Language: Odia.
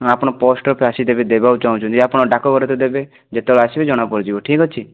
ହଁ ଆପଣ ପୋଷ୍ଟ ଅଫିସ ଆସି ଦେବାକୁ ଚାହୁଁଛନ୍ତି ଆପଣ ଡାକଘରେ ତ ଦେବେ ଯେତେବେଳେ ଆସିବେ ଜଣା ପଡ଼ିଯିବ ଠିକ ଅଛି